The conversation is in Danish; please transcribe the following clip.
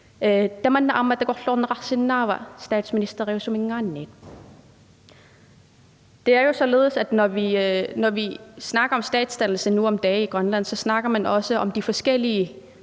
Det er jo således, at når vi snakker om statsdannelse nu om dage, snakker man også om de forskellige